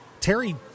Terry